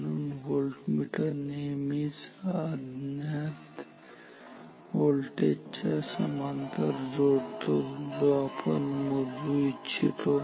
म्हणून व्होल्टमीटर नेहमीच अज्ञात व्होल्टेजच्या समांतर जोडतो जो आपण मोजू इच्छितो